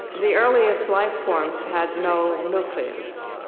the earliest life forms had no nucleus,